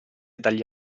dagli